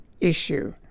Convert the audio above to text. issue